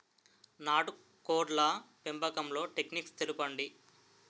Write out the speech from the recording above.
నాటుకోడ్ల పెంపకంలో టెక్నిక్స్ తెలుపండి?